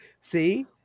See